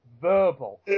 verbal